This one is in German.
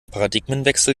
paradigmenwechsel